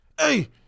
Hey